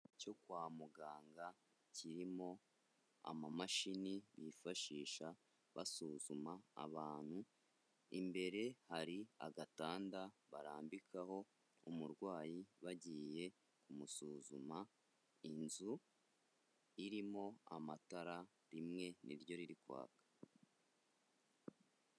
Cyo kwa muganga kirimo amamashini bifashisha basuzuma abantu, imbere hari agatanda barambikaho umurwayi bagiye kumusuzuma. Inzu irimo amatara rimwe niryo riri kwaka.